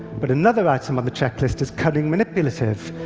but another item on the checklist is cunning, manipulative.